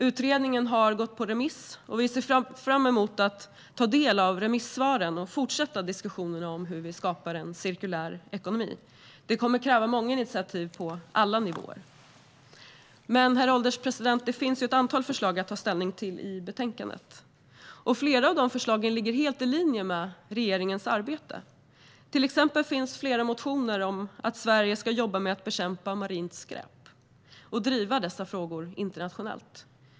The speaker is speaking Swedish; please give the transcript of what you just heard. Utredningen har gått på remiss, och vi ser fram att ta del av remissvaren och fortsätta diskussionerna om hur vi skapar en cirkulär ekonomi. Det kommer att kräva många initiativ på alla nivåer. Herr ålderspresident! Det finns dock ett antal förslag i betänkandet att ta ställning till. Flera av förslagen ligger helt i linje med regeringens arbete. Till exempel finns flera motioner om att Sverige ska jobba med att bekämpa marint skräp och driva dessa frågor internationellt.